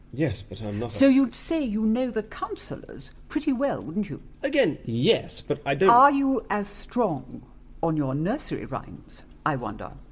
yes, but um i so you'd say you know the councillors pretty well, wouldn't you? again, yes, but i are you as strong on your nursery rhymes, i wonder?